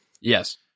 Yes